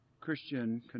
Christian